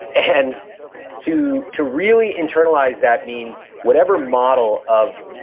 and to to really internalize that means whatever model of,